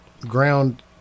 ground